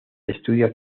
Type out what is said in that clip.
estudia